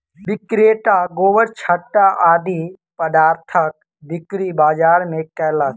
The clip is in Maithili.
विक्रेता गोबरछत्ता आदि पदार्थक बिक्री बाजार मे कयलक